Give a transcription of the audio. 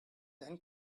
then